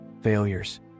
failures